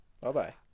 Bye-bye